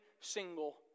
single